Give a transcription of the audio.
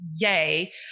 yay